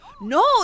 no